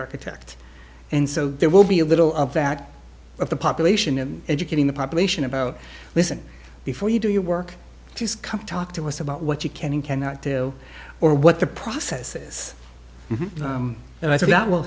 architect and so there will be a little of that of the population and educating the population about listen before you do your work just come talk to us about what you can and cannot do or what the process is and i think that will